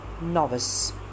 Novice